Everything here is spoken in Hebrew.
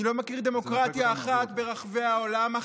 אני לא מכיר דמוקרטיה אחת ברחבי העולם,